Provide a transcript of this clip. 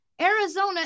Arizona